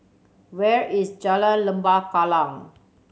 where is Jalan Lembah Kallang